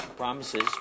promises